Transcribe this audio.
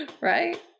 Right